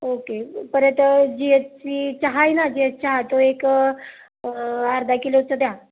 okay परत G एसची चहा आहे ना जि एस चहा तो एक अर्धा किलोचं द्या